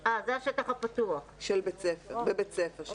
(2א3) זה השטח הפתוח ---- בבית ספר,